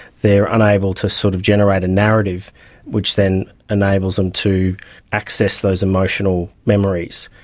they are unable to sort of generate a narrative which then enables them to access those emotional memories.